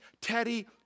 Teddy